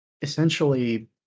essentially